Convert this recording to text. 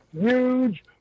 huge